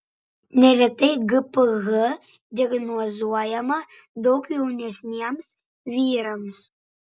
neretai gph diagnozuojama daug jaunesniems vyrams